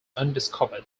undiscovered